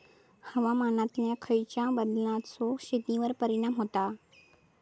हवामानातल्या खयच्या बदलांचो शेतीवर परिणाम होता?